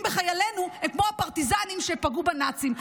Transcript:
בחיילינו הם כמו הפרטיזנים שפגעו בנאצים.